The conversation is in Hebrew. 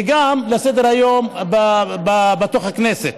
וגם על סדר-היום בתוך הכנסת.